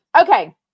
Okay